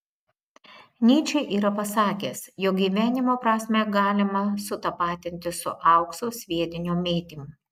nyčė yra pasakęs jog gyvenimo prasmę galima sutapatinti su aukso sviedinio mėtymu